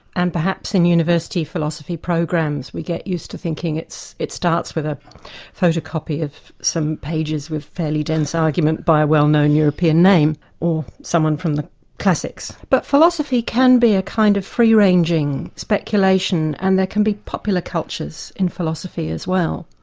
and perhaps in university philosophy programs we get used to thinking it starts with a photocopy of some pages with fairly dense argument by a well-known european name, or someone from the classics. but philosophy can be a kind of free ranging speculation and there can be popular cultures in philosophy as well.